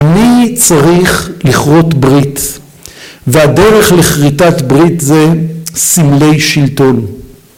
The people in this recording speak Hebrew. ‫אני צריך לכרות ברית, ‫והדרך לכריתת ברית זה סמלי שלטון.